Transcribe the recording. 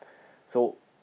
so